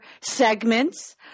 segments